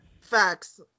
Facts